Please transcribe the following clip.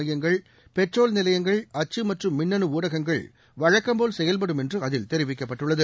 மையங்கள் பெட்ரோல் நிலையங்கள் அச்சு மற்றும் மின்னனு ஊடகங்கள் வழக்கம் போல் செயல்படும் என்று அதில் தெரிவிக்கப்பட்டுள்ளது